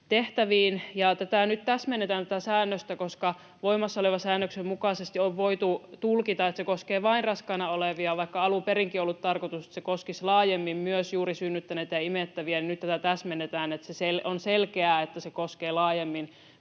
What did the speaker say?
tehtäviin. Tätä säännöstä nyt täsmennetään, koska voimassa olevan säännöksen mukaisesti on voitu tulkita, että se koskee vain raskaana olevia. Vaikka alun perinkin ollut tarkoitus, että se koskisi laajemmin myös juuri synnyttäneitä ja imettäviä, niin nyt tätä täsmennetään, että se on selkeää, että se koskee laajemmin